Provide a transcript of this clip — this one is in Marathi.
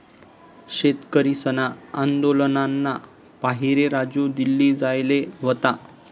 शेतकरीसना आंदोलनना पाहिरे राजू दिल्ली जायेल व्हता